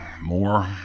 more